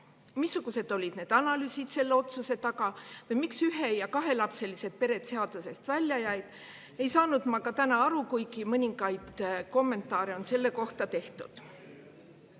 Missugused olid need analüüsid selle otsuse taga või miks ühe‑ ja kahelapselised pered seadusest välja jäid, ei saanud ma ka täna aru, kuigi mõningaid kommentaare on selle kohta tehtud.